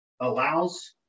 allows